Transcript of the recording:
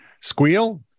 Squeal